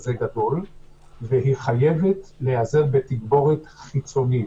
כזה גדול והיא חייבת להיעזר בתגבורת חיצונית.